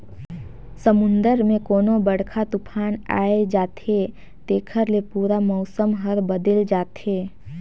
समुन्दर मे कोनो बड़रखा तुफान आये जाथे तेखर ले पूरा मउसम हर बदेल जाथे